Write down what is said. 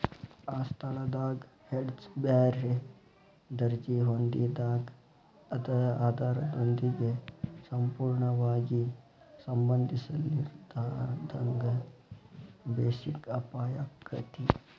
ಆ ಸ್ಥಳದಾಗ್ ಹೆಡ್ಜ್ ಬ್ಯಾರೆ ದರ್ಜಿ ಹೊಂದಿದಾಗ್ ಅದ ಆಧಾರದೊಂದಿಗೆ ಸಂಪೂರ್ಣವಾಗಿ ಸಂಬಂಧಿಸಿರ್ಲಿಲ್ಲಾಂದ್ರ ಬೆಸಿಕ್ ಅಪಾಯಾಕ್ಕತಿ